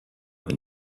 than